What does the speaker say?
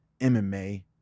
MMA